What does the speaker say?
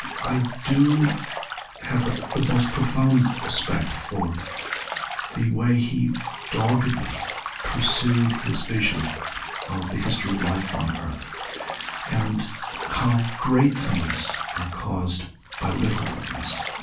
i do have the the most profound respect for the way he doggedly pursued his vision of the history of life on earth and how great things are caused by little things.